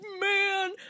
man